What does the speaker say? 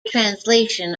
translation